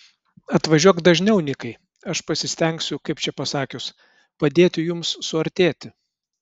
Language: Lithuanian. atvažiuok dažniau nikai aš pasistengsiu kaip čia pasakius padėti jums suartėti